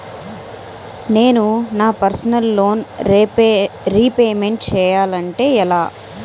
నేను నా personal loan repayment చేయాలంటే ఎలా?